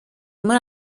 muri